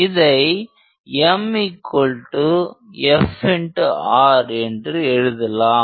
இதை MFr என்று எழுதலாம்